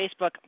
Facebook